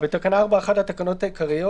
"תיקון תקנה 4 בתקנה 4(1) לתקנות העיקריות,